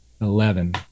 eleven